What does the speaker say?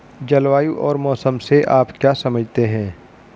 जलवायु और मौसम से आप क्या समझते हैं?